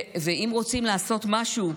ואם רוצים לעשות משהו,